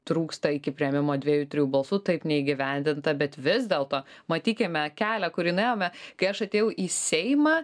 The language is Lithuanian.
trūksta iki priėmimo dviejų trijų balsų taip neįgyvendinta bet vis dėlto matykime kelią kurį nuėjome kai aš atėjau į seimą